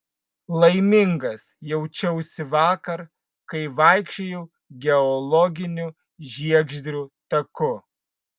laimingas jaučiausi vakar kai vaikščiojau geologiniu žiegždrių taku